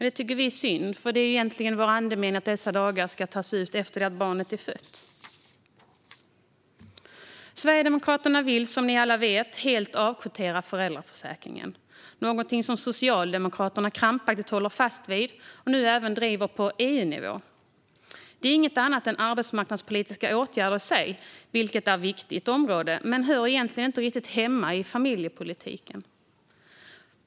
Det tycker vi är synd, det är egentligen meningen att dessa dagar ska tas ut efter det att barnet är fött. Sverigedemokraterna vill, som ni alla vet, helt avkvotera föräldraförsäkringen. Kvoteringen är någonting som Socialdemokraterna krampaktigt håller fast vid och nu även driver på EU-nivå. Det är inget annat än arbetsmarknadspolitiska åtgärder, vilket i sig är ett viktigt område, men de hör egentligen inte riktigt hemma i familjepolitiken.